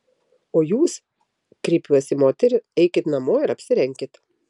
o jūs kreipiuos į moterį eikit namo ir apsirenkit